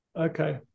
Okay